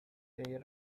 they